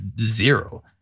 zero